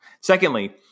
Secondly